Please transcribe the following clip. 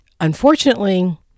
Unfortunately